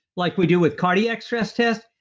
like we do with cardiac stress test,